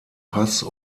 pass